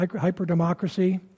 Hyper-democracy